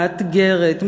מאתגרת,